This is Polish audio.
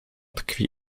tkwi